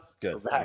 Good